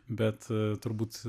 bet turbūt